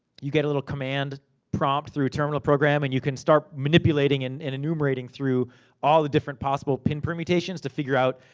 you get a little command prompt through terminal program, and you can start manipulating and and enumerating through all the different possible pin permeation, to figure out,